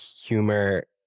humor